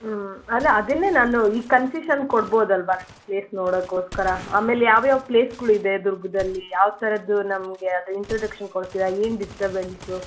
ಹ್ಞೂ ಅಲ್ಲ ಅದನ್ನೇ ನಾನು ಈ ಕನ್ಸೇಶನ್ ಕೊಡ್ಬೋದಲ್ಲವಾ ಪ್ಲೇಸ್ ನೋಡೋಕ್ಕೋಸ್ಕರ ಆಮೇಲೆ ಯಾವ್ಯಾವ ಪ್ಲೇಸ್ಗಳು ಇದೆ ದುರ್ಗದಲ್ಲಿ ಯಾವ ಥರದ್ದು ನಮಗೆ ಅದು ಇಂಟ್ರಡಕ್ಷನ್ ಕೊಡ್ತೀರಾ ಏನು ಡಿಸ್ಟಬೆನ್ಸು